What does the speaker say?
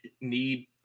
need